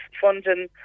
funding